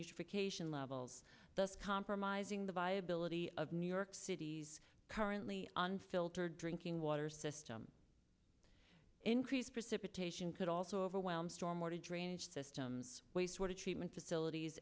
unused vacation levels thus compromising the viability of new york city's currently unfiltered drinking water system increased precipitation could also overwhelm storm water drainage systems wastewater treatment facilities